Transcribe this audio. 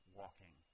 walking